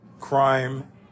crime